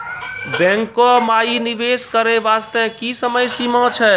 बैंको माई निवेश करे बास्ते की समय सीमा छै?